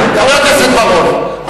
חבר הכנסת בר-און,